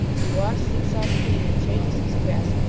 and he washes himself clean and changes his dress,